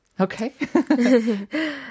Okay